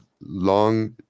long